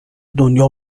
دنیا